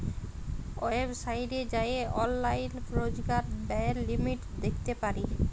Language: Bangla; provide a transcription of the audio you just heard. ওয়েবসাইটে যাঁয়ে অললাইল রজকার ব্যয়ের লিমিট দ্যাখতে পারি